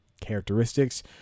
characteristics